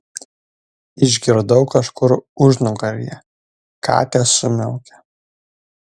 išgirdau kažkur užnugaryje katės sumiaukė